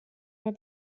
mehr